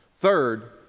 Third